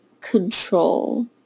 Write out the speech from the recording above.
control